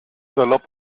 salopp